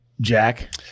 Jack